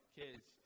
kids